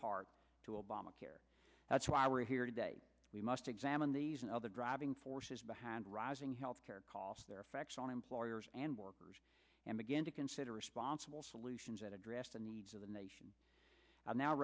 part to obamacare that's why we're here today we must examine these and other driving forces behind rising health care costs their effects on employers and workers and begin to consider responsible solutions that address the needs of the nation i now